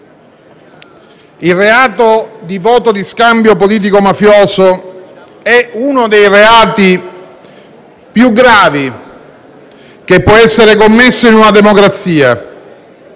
senatori, il voto di scambio politico-mafioso è uno dei reati più gravi che può essere commesso in una democrazia.